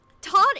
Todd